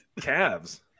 calves